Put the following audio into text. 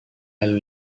lalu